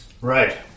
Right